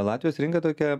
latvijos rinka tokia